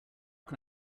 can